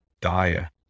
dire